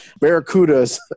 Barracudas